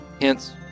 hence